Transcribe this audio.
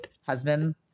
husband